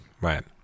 Right